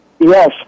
Yes